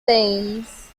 thames